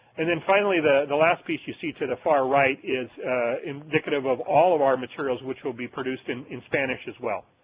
and then finally the the last piece you see to the far right is indicative of all of our materials, which will be produced in in spanish as well.